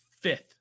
fifth